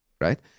right